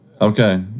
Okay